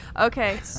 Okay